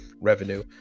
revenue